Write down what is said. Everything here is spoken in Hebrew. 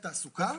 תעסוקה?